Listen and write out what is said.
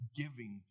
giving